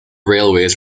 railways